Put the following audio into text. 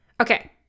Okay